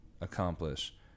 accomplish